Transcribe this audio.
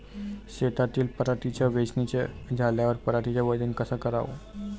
शेतातील पराटीची वेचनी झाल्यावर पराटीचं वजन कस कराव?